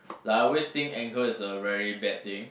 I always think anger is a very bad thing